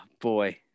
boy